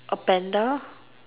a panda